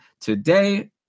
today